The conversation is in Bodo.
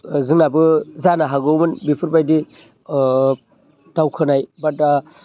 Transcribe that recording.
जोंनाबो जानो हागौमोन बेफोरबायदि ओ दावखोनाय बा